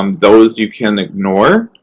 um those you can ignore.